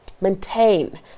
maintain